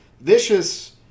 vicious